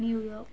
New York